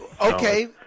Okay